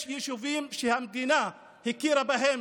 יש יישובים שהמדינה הכירה בהם